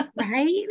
Right